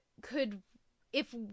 could—if